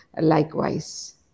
likewise